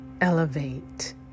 elevate